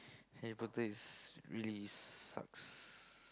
Harry-Potter is really sucks